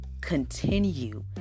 continue